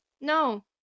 No